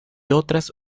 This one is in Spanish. otras